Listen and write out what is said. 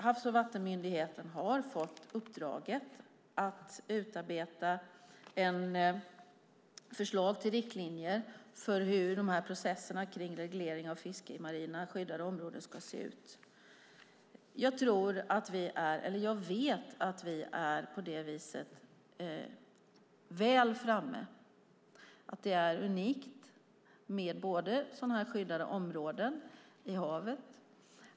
Havs och vattenmyndigheten har fått uppdraget att utarbeta förslag till riktlinjer för hur processerna kring reglering av fiske i marina skyddade områden ska se ut. Jag vet att vi är långt framme. Det är unikt med skyddade områden i havet.